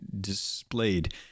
displayed